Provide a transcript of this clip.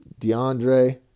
DeAndre